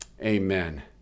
amen